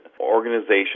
organization